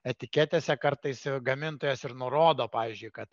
etiketėse kartais gamintojas ir nurodo pavyzdžiui kad